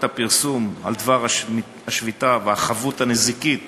הפרסום על דבר השביתה ואת החבות הנזיקית